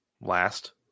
Last